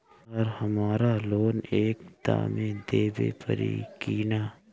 आर हमारा लोन एक दा मे देवे परी किना?